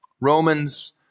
Romans